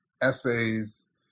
essays